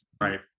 right